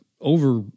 over